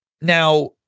Now